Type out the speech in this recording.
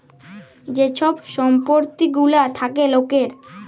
যে ছব সম্পত্তি গুলা থ্যাকে লকের